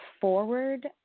forward